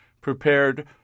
prepared